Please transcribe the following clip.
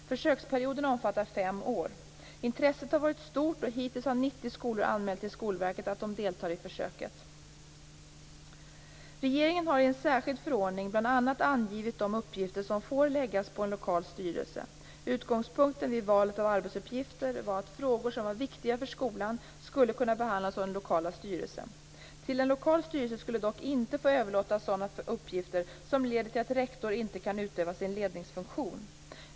Försöksperioden omfattar fem år. Intresset har varit stort, och hittills har 90 skolor anmält till Skolverket att de deltar i försöket. Regeringen har i en särskild förordning bl.a. angivit de uppgifter som får läggas på en lokal styrelse. Utgångspunkten vid valet av arbetsuppgifter var att frågor som var viktiga för skolan skulle kunna behandlas av den lokala styrelsen. Till en lokal styrelse skulle dock inte få överlåtas sådana uppgifter som leder till att rektor inte kan utöva sin ledningsfunktion.